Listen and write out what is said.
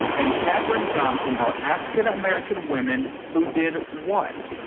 and katherine johnson are african-american women who did what?